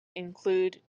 include